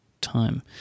time